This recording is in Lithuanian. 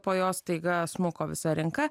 po jos staiga smuko visa rinka